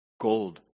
gold